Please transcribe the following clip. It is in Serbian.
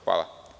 Hvala.